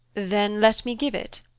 then let me give it?